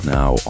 now